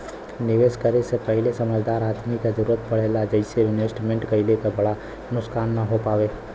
निवेश करे से पहिले समझदार आदमी क जरुरत पड़ेला जइसे इन्वेस्टमेंट कइले क बड़ा नुकसान न हो पावे